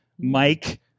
Mike